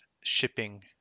shipping